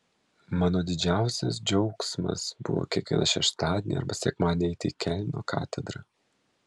mano didžiausias džiaugsmas buvo kiekvieną šeštadienį arba sekmadienį eiti į kelno katedrą